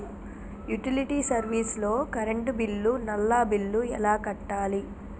Utility service లో current bill, నల్లా bill ఎలా కట్టాలి?